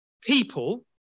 people